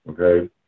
Okay